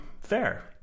fair